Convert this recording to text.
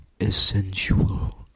Essential